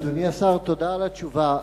אדוני השר, תודה על התשובה.